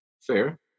Fair